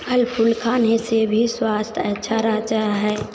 फल फूल खाने से भी स्वास्थ्य अच्छा रहता है